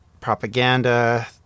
Propaganda